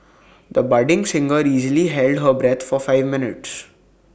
the budding singer easily held her breath for five minutes